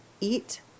eat